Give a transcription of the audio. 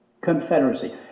confederacy